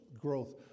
growth